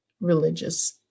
religious